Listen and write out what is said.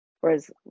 whereas